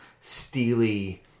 steely